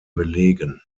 belegen